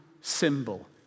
symbol